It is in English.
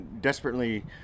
desperately